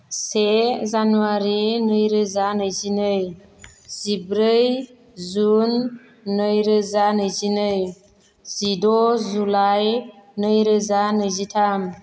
से जानुवारि नैरोजा नैजिनै जिब्रै जुन नैरोजा नैजिनै जिद' जुलाइ नैरोजा नैजिथाम